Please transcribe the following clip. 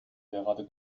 gerade